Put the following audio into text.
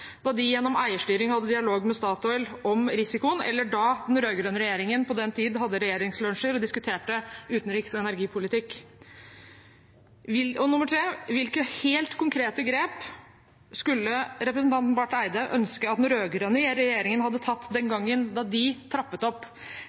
de gjennom eierstyring hadde dialog med Statoil om risikoen, eller da den rød-grønne regjeringen på den tiden hadde regjeringslunsjer og diskuterte utenriks- og energipolitikk. Nummer tre: Hvilke helt konkrete grep skulle representanten Barth Eide ønske at den rød-grønne regjeringen hadde tatt den gangen de trappet opp